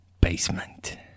basement